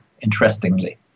Interestingly